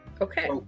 Okay